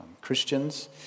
Christians